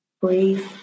Breathe